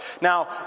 Now